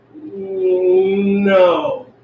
No